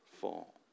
fall